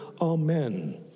Amen